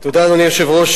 אדוני היושב-ראש,